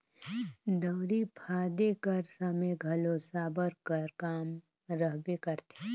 दउंरी फादे कर समे घलो साबर कर काम रहबे करथे